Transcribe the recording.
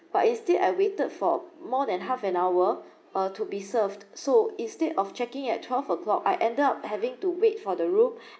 but instead I waited for more than half an hour uh to be served so instead of check in at twelve o'clock I ended up having to wait for the room